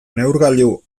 neurgailu